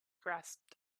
grasped